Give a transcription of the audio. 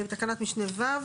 תקנת משנה (ו).